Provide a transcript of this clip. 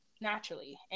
naturally